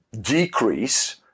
decrease